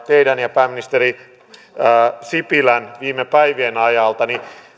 teidän ja pääministeri sipilän puheenvuoroja viime päivien ajalta